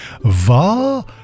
Va